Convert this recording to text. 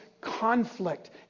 conflict